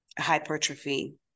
hypertrophy